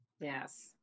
yes